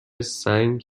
سنگ